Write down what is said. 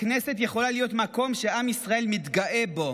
הכנסת יכולה להיות מקום שעם ישראל מתגאה בו.